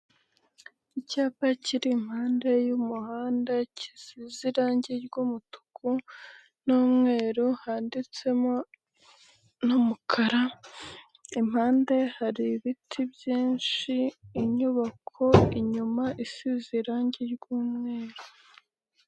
Icyapa kiri impande y'umuhanda, gisize irangi ry'umutuku n'umweru, handitsemo n'umukara, impande hari ibiti byinshi, inyubako inyuma isize irangi ry'umweru.